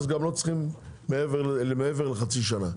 גם לא צריכים מעבר לחצי שנה.